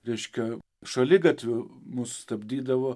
reiškia šaligatviu mus stabdydavo